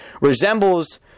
resembles